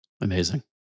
Amazing